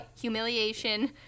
humiliation